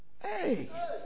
Hey